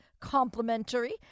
complimentary